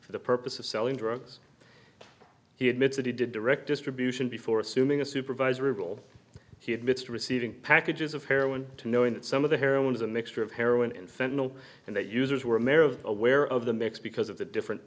for the purpose of selling drugs he admits that he did direct distribution before assuming a supervisory role he admits to receiving packages of heroin to knowing that some of the heroin is a mixture of heroin and fentanyl and that users were america aware of the mix because of the different